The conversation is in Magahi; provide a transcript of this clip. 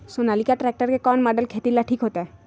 सोनालिका ट्रेक्टर के कौन मॉडल खेती ला ठीक होतै?